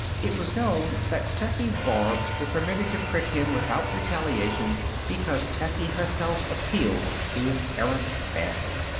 it was known that tessie's barbs were permitted to prick him without retaliation because tessie herself appealed to his errant fancy.